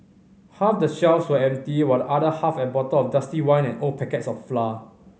half the shelves were empty while the other half had bottles of dusty wine and old packets of flour